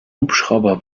hubschrauber